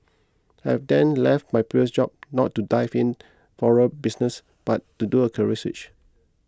I had then left my previous job not to dive in floral business but to do a career switch